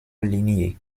linie